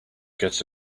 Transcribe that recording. gets